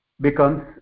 becomes